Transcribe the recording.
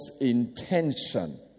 intention